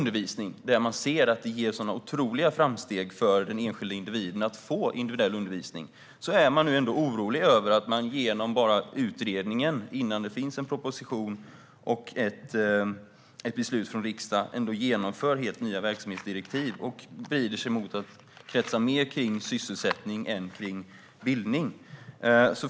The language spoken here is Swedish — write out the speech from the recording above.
De ser att den enskilda individen gör otroliga framsteg av att få individuell undervisning. Då är de nog oroliga över att man bara på grund av utredningen, innan det finns en proposition och ett beslut från riksdagen, genomför helt nya verksamhetsdirektiv och vrider det till att kretsa mer kring sysselsättning än kring bildning.